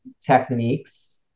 techniques